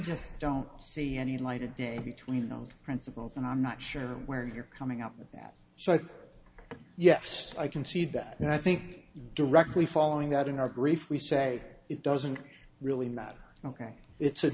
just don't see any light of day between those principles and i'm not sure where you're coming up with that so i yes i concede that and i think you know directly following that in our grief we say it doesn't really matter ok it's a